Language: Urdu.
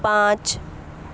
پانچ